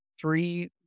three